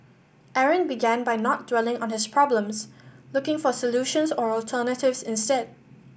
Aaron began by not dwelling on his problems looking for solutions or alternatives instead